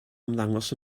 ymddangos